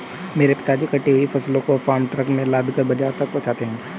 मेरे पिताजी कटी हुई फसलों को फार्म ट्रक में लादकर बाजार तक पहुंचाते हैं